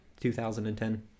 2010